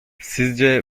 sizce